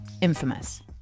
Infamous